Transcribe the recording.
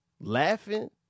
laughing